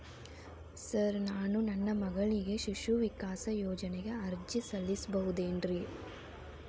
Sir ನಾನು ನನ್ನ ಮಗಳಿಗೆ ಶಿಶು ವಿಕಾಸ್ ಯೋಜನೆಗೆ ಅರ್ಜಿ ಸಲ್ಲಿಸಬಹುದೇನ್ರಿ?